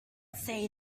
say